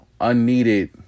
unneeded